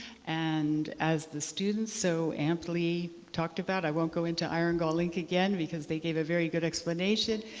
and as the students so amply talked about i won't go into iron gall ink again, because they gave a very good explanation.